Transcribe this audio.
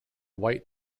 white